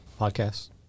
Podcasts